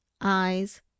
eyes